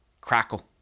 crackle